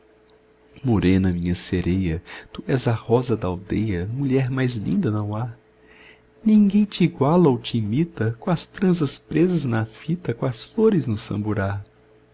morena minha sereia tu és a rosa da aldeia mulher mais linda não há ninguém tiguala ou timita coas tranças presas na fita coas flores no samburá